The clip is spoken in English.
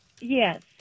yes